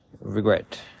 Regret